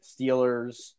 steelers